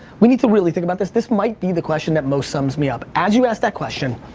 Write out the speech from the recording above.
we need to really think about this. this might be the question that most sums me up. as you asked that question,